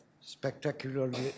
spectacularly